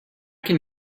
can